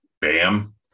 Bam